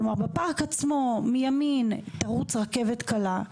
כלומר בפארק עצמו מימין תרוץ רכבת קלה,